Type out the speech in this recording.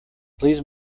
please